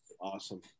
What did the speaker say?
Awesome